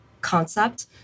concept